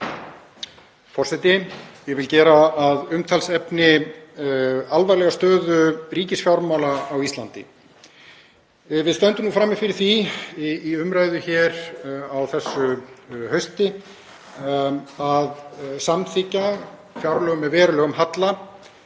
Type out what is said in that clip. Forseti. Ég vil gera að umtalsefni alvarlega stöðu ríkisfjármála á Íslandi. Við stöndum nú frammi fyrir því í umræðu hér á þessu hausti að samþykkja fjárlög með verulegum halla.